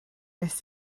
nes